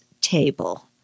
table